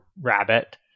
rabbit